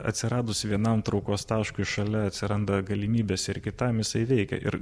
atsiradus vienam traukos taškui šalia atsiranda galimybės ir kitam jisai veikia ir